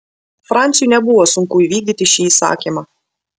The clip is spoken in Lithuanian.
franciui nebuvo sunku įvykdyti šį įsakymą